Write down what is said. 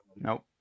Nope